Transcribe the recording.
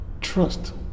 trust